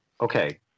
Okay